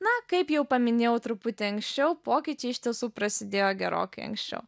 na kaip jau paminėjau truputį anksčiau pokyčiai iš tiesų prasidėjo gerokai anksčiau